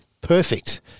Perfect